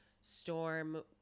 Storm